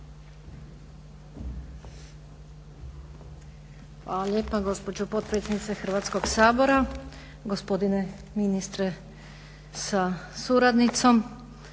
Hvala lijepa gospođo potpredsjednice Hrvatskog sabora, gospodine ministre sa suradnicom.